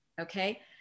Okay